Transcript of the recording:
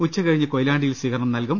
ഉച്ചകഴിഞ്ഞ് കൊയിലാണ്ടിയിൽ സ്വീകരണം നൽകും